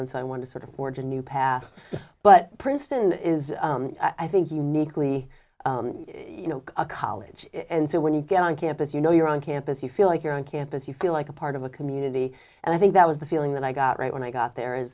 and so i want to sort of forge a new path but princeton is i think uniquely you know a college and so when you get on campus you know you're on campus you feel like you're on campus you feel like a part of a community and i think that was the feeling that i got right when i got there is